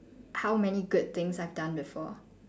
how many good things I've done before